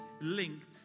linked